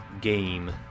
game